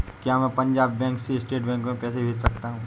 क्या मैं पंजाब बैंक से स्टेट बैंक में पैसे भेज सकता हूँ?